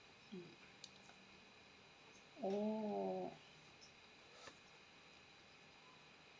mm oo